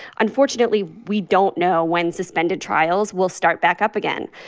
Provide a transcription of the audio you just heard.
unfortunately, we don't know when suspended trials will start back up again.